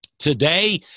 today